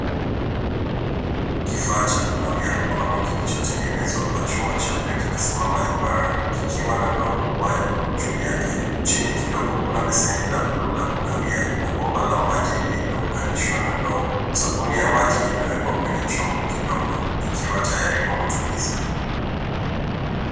Kifaa cha kunawia mikono kilichotengenezwa kwa chuma kimesimama imara kikiwa na ndoo kubwa iliyo juu yake. Chini kidogo kuna beseni la buluu la kunawia na bomba la maji limeunganishwa na ndoo. Sabuni ya maji imewekwa kwenye chombo kidogo ikiwa tayari kwa matumizi.